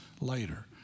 later